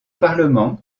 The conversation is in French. parlement